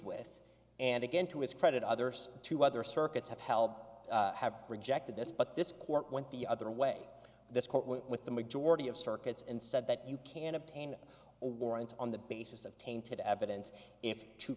with and again to his credit others to other circuits have held have rejected this but this court went the other way this court went with the majority of circuits and said that you can obtain warrants on the basis of tainted evidence if two